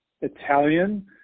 Italian